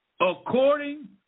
according